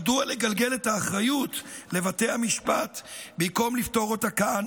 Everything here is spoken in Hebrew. מדוע לגלגל את האחריות לבתי המשפט במקום לפתור אותה כאן,